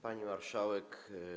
Pani Marszałek!